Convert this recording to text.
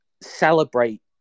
celebrate